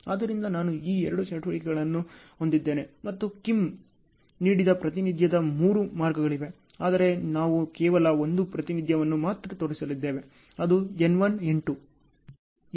ಆದ್ದರಿಂದ ನಾನು ಈ ಎರಡು ಚಟುವಟಿಕೆಗಳನ್ನು ಹೊಂದಿದ್ದೇನೆ ಮತ್ತು ಕಿಮ್ ನೀಡಿದ ಪ್ರಾತಿನಿಧ್ಯದ ಮೂರು ಮಾರ್ಗಗಳಿವೆ ಆದರೆ ನಾವು ಕೇವಲ ಒಂದು ಪ್ರಾತಿನಿಧ್ಯವನ್ನು ಮಾತ್ರ ತೋರಿಸಲಿದ್ದೇವೆ ಅದು N1 N2